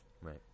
Right